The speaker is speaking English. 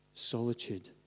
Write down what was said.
solitude